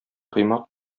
коймак